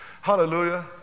Hallelujah